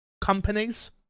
companies